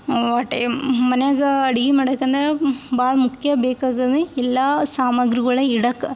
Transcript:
ವಾಟೆ ಮನೇಗ ಅಡ್ಗೆ ಮಾಡ್ಬೇಕಂದ್ರೆ ಭಾಳ ಮುಖ್ಯ ಬೇಕಾಗೋದೆ ಎಲ್ಲ ಸಾಮಾಗ್ರಿಗಳು ಇಡಕ್ಕೆ